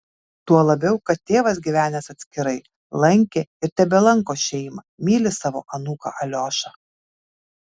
tuo labiau kad tėvas gyvenęs atskirai lankė ir tebelanko šeimą myli savo anūką aliošą